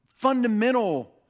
Fundamental